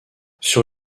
sur